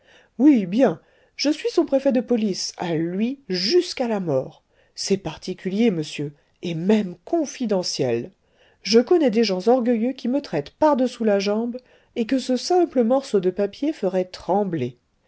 oui bien je suis son préfet de police à lui jusqu'à la mort c'est particulier monsieur et même confidentiel je connais des gens orgueilleux qui me traitent par-dessous la jambe et que ce simple morceau de papier ferait trembler